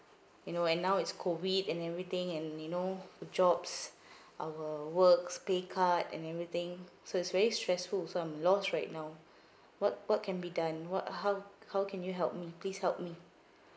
you know and now it's COVID and everything and you know jobs our work's pay cut and everything so it's very stressful so I'm lost right now what what can be done what how how can you help me please help me